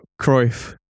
Cruyff